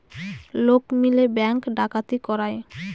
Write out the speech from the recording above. লোক মিলে ব্যাঙ্ক ডাকাতি করায়